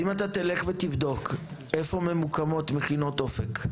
ואם אתה תלך ותבדוק איפה ממוקמות מכינות אופק?